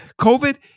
covid